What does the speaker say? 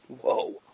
Whoa